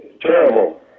Terrible